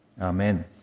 Amen